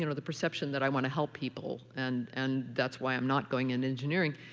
you know the perception that i want to help people. and and that's why i'm not going into engineering.